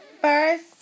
first